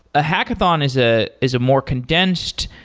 a hackathon is ah is a more condensed,